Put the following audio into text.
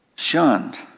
Shunned